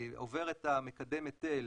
עובר את מקדם ההיטל